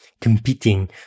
competing